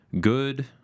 good